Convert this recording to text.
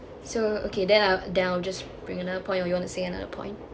so okay then uh then I'll just bringing another point or you wanna say another point